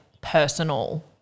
personal